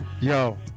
Yo